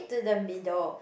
to the middle